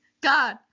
God